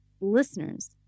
listeners